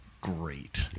great